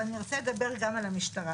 ואני רוצה לדבר גם על המשטרה,